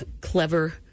clever